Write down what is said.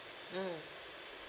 mm